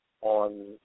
on